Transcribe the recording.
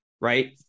right